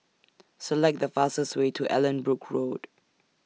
Select The fastest Way to Allanbrooke Road